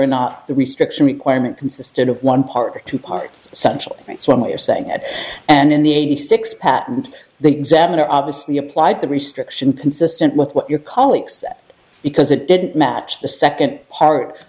or not the restriction requirement consisted of one part or two parts central right some are saying that and in the eighty six patent the examiner obviously applied the restriction consistent with what your colleagues because it didn't match the second part